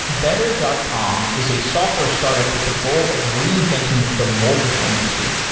better dot com is a software startup with the goal of reinventing the mortgage industry.